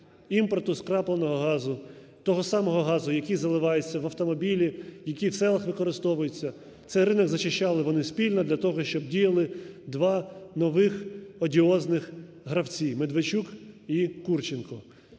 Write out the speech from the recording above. імпорту скрапленого газу. Того самого газу, який заливається в автомобілі, який в селах використовується. Цей ринок зачищали вони спільно для того, щоб діяли два нових одіозних гравці – Медведчук і Курченко.